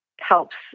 helps